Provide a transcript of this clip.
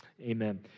Amen